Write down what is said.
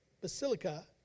Basilica